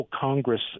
Congress